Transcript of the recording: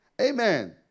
Amen